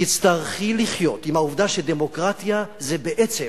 תצטרכי לחיות עם העובדה שדמוקרטיה זה בעצם